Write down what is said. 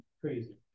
Crazy